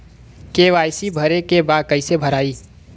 KYC भरे के बा कइसे भराई?